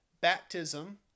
baptism